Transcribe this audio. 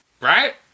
right